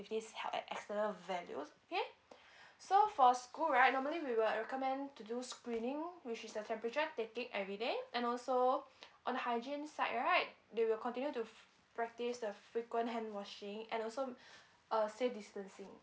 safety health and texternal values okay so for school right normally we will recommend to do screening which is the temperature taking everyday and also on hygiene side right they will continue to practise the frequent hand washing and also a safe distancing